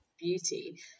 beauty